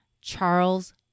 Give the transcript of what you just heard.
Charles